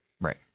Right